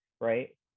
right